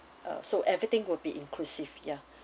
uh so everything will be inclusive ya